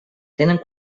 tenen